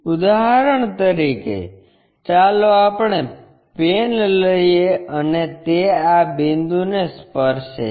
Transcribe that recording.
ઉદાહરણ તરીકે ચાલો આપણે પેન લઈએ અને તે આ બિંદુને સ્પર્શે છે